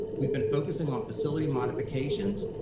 we've been focusing off facility modifications,